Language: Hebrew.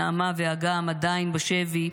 נעמה ואגם עדיין בשבי,